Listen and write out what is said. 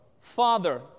Father